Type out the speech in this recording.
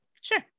Sure